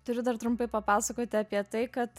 turiu dar trumpai papasakoti apie tai kad